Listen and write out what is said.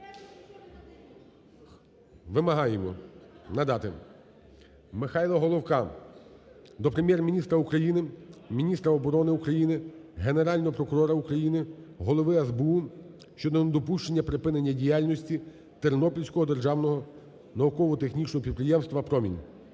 Вимагаємо надати. Михайла Головка до Прем'єр-міністра України, міністра оборони України, Генерального прокурора України, голови СБУ щодо недопущення припинення діяльності Тернопільського державного науково-технічного підприємства "Промінь".